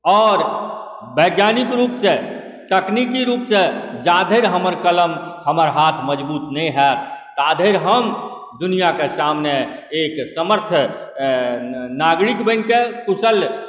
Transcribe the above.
आओर वैज्ञानिक रूपसँ तकनीकी रूपसँ जाधरि हमर कलम हमर हाथ मजबूत नहि होएत ताधरि हम दुनिआके सामने एक समर्थ नागरिक बनिकऽ कुशल